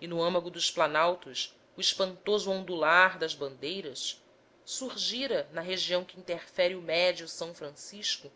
e no âmago dos planaltos o espantoso ondular das bandeiras surgira na região que interfere o médio s francisco